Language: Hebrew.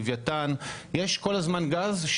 לווייתן יש כל הזמן גז,